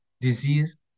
disease